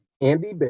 Andy